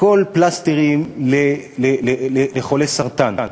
הכול פלסטרים לחולה סרטן.